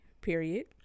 period